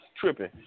tripping